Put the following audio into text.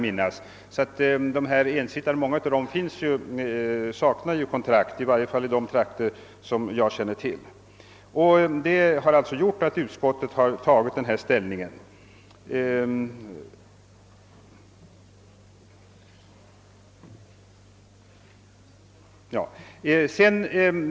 Många av ensittarna saknar nu kontrakt, men enligt den nya lagen kommer de att kunna tilltvinga sig dylikt.